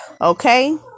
Okay